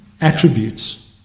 attributes